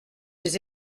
des